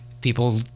people